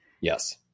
yes